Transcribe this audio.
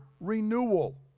renewal